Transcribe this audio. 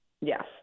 Yes